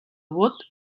vot